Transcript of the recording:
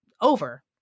over